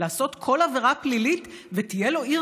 לעשות כל עבירה פלילית ותהיה לו עיר